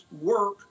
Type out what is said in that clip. work